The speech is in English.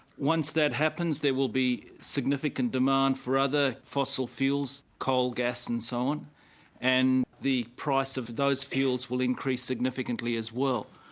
once that happens there will be significant demand for other fossil fuels, coal, gas and so on and the price of those fuels will increase significantly as well.